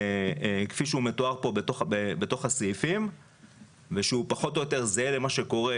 כפי שהוא מתואר בסעיפים ושהוא פחות או יותר זהה למה שקורה,